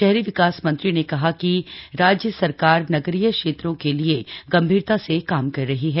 शहरी विकास मंत्री ने कहा कि राज्य सरकार नगरीय क्षेत्रों के लिए गंभीरता से कार्य कर रही है